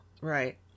Right